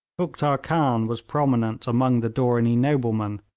uktar khan was prominent among the dooranee noblemen,